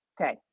Okay